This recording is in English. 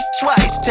twice